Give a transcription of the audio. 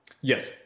Yes